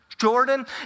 Jordan